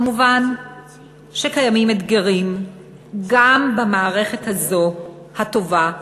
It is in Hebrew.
מובן שקיימים אתגרים גם במערכת הטובה הזאת,